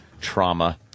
trauma